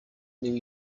new